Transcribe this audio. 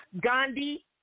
Gandhi